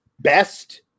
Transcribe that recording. best